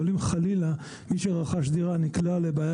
אבל אם חלילה מי שרכש דירה נקלע לבעיה